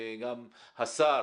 גם השר